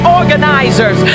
organizers